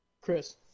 Chris